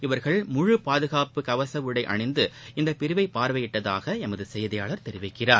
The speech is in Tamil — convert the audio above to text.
இவர்கள் முழு பாதுகாப்பு கவச உடை அணிந்து இப்பிரிவை பார்வையிட்டதாக எமது செய்தியாளர் தெரிவிக்கிறார்